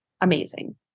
amazing